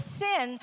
sin